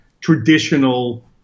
traditional